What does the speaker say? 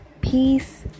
peace